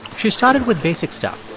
she started with basic stuff.